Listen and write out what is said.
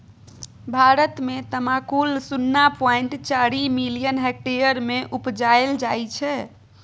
भारत मे तमाकुल शुन्ना पॉइंट चारि मिलियन हेक्टेयर मे उपजाएल जाइ छै